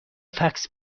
فکس